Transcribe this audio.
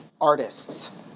artists